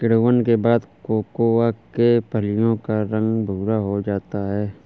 किण्वन के बाद कोकोआ के फलियों का रंग भुरा हो जाता है